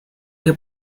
que